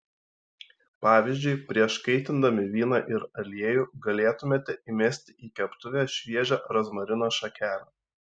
pavyzdžiui prieš kaitindami vyną ir aliejų galėtumėte įmesti į keptuvę šviežią rozmarino šakelę